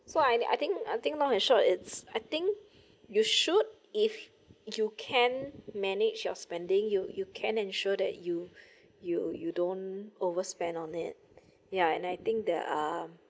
so I I think I think long and short it's I think you should if you can manage your spending you you can ensure that you you you don't overspend on it yeah and I think that um